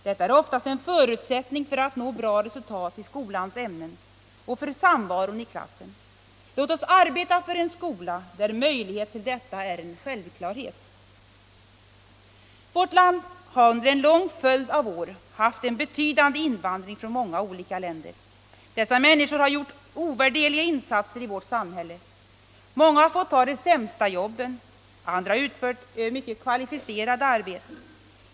Detta är oftast en förutsättning för att nå bra resultat i skolans ämnen och för samvaron i klassen. Låt oss arbeta för en skola där möjlighet till detta är en självklarhet. Vårt land har under en lång följd av år haft en betydande invandring från många olika länder. Dessa människor har gjort ovärderliga insatser i vårt samhälle. Många har fått ta de sämsta jobben, andra har utfört mycket kvalificerat arbete.